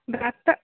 ଦାତା